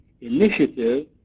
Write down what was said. initiative